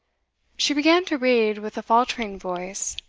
she began to read with a faltering voice,